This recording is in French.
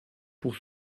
pour